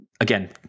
again